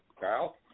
Kyle